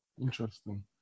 Interesting